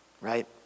right